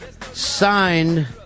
Signed